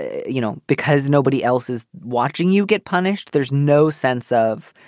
you know, because nobody else is watching you get punished. there's no sense of,